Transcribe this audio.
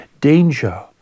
danger